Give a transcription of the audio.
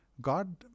God